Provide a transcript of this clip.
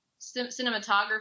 cinematography